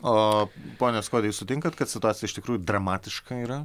o pone skuodi jūs sutinkat kad situacija iš tikrųjų dramatiška yra